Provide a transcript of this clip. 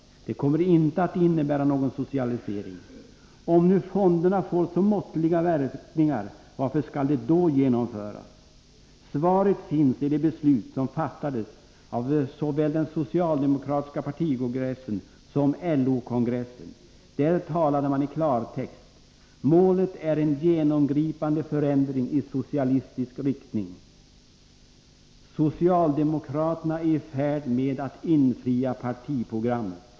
Det kommer inte att innebära någon socialisering. Om nu fonderna får så måttliga verkningar, varför skall de då genomföras? Svaret finns i de beslut som fattades av såväl den socialdemokratiska partikongressen som LO-kongressen. Där talade man i klartext. Målet är en genomgripande förändring i socialistisk riktning. Socialdemokraterna är i färd med att infria partiprogrammet.